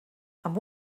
amb